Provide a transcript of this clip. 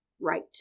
right